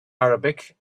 arabic